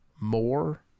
more